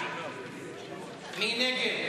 מי נגד?